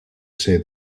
say